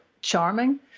charming